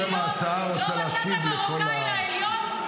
לא מצאת מרוקאי בעליון?